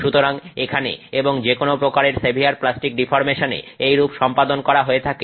সুতরাং এখানে এবং যেকোন প্রকারের সেভিয়ার প্লাস্টিক ডিফর্মেশনে এইরূপ সম্পাদন করা হয়ে থাকে